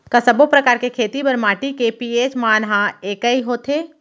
का सब्बो प्रकार के खेती बर माटी के पी.एच मान ह एकै होथे?